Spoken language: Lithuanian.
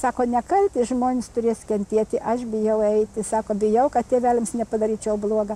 sako nekalti žmonės turės kentėti aš bijau eiti sako bijau kad tėveliams nepadaryčiau bloga